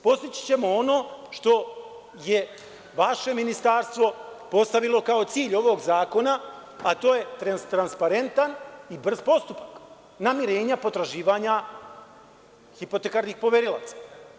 Postići ćemo ono što je vaše ministarstvo postavilo kao cilj ovog zakona, a to je transparentan i brz postupak namirenja potraživanja hipotekarnih poverilaca.